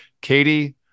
Katie